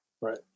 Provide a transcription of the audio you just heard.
Right